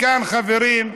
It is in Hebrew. מכאן, חברים,